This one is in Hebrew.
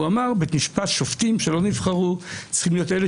והוא אמר ששופטים שלא נבחרו צריכים להיות אלה